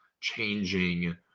changing